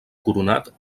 coronat